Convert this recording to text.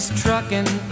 trucking